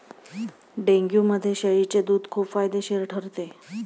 डेंग्यूमध्ये शेळीचे दूध खूप फायदेशीर ठरते